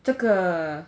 这个